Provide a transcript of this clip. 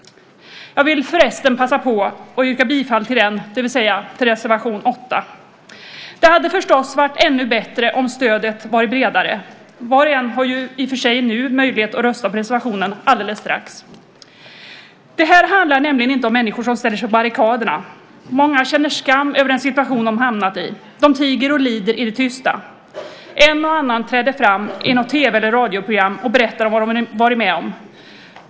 Jag vill förresten passa på att yrka bifall till den, det vill säga till reservation 8. Det hade förstås varit ännu bättre om stödet varit bredare. Var och en har i och för sig möjlighet att rösta på reservationen alldeles strax. Det här handlar nämligen inte om människor som ställer sig på barrikaderna. Många känner skam över den situation de hamnat i. De tiger och lider i det tysta. En och annan träder fram i något tv eller radioprogram och berättar om vad de varit med om.